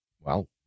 well-